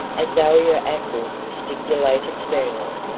azalia atwood stipulated sternly.